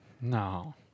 No